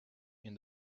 and